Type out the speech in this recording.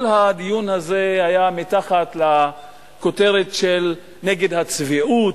כל הדיון הזה היה תחת הכותרת "נגד הצביעות".